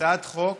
כהצעת חוק